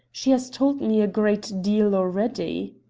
she has told me a great deal already.